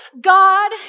God